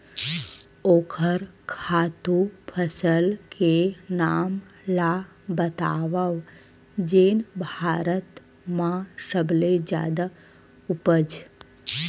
ओखर खातु फसल के नाम ला बतावव जेन भारत मा सबले जादा उपज?